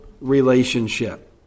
relationship